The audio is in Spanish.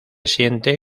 siente